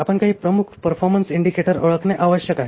आपण काही प्रमुख परफॉरमन्स इंडिकेटर ओळखणे आवश्यक आहे